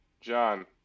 John